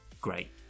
great